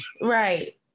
Right